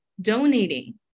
Donating